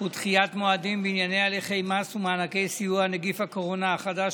ודחיית מועדים בענייני הליכי מס ומענקי סיוע (נגיף הקורונה החדש,